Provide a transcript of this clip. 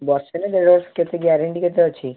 ବର୍ଷେ ନା ଦେଢ଼ବର୍ଷ କେତେ ଗ୍ୟାରେଣ୍ଟି କେତେ ଅଛି